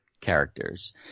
characters